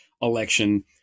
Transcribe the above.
election